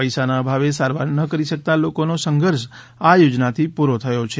પૈસાના અભાવે સારવાર ન કરી શકતાં લોકોનો સંઘર્ષ આ યોજનાથી પૂરો થયો છે